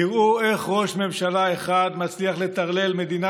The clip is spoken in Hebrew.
תראו איך ראש ממשלה אחד מצליח לטרלל מדינה